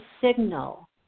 signal